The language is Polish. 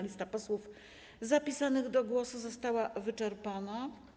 Lista posłów zapisanych do głosu została wyczerpana.